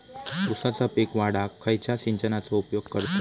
ऊसाचा पीक वाढाक खयच्या सिंचनाचो उपयोग करतत?